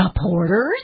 supporters